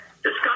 discuss